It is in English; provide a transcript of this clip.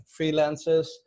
freelancers